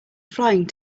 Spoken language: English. flying